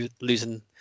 losing